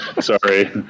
Sorry